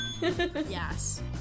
Yes